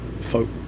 folk